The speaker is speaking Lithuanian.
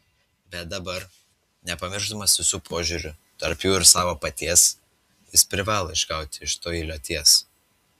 bet dabar nepamiršdamas visų požiūrių tarp jų ir savo paties jis privalo išgauti iš doilio tiesą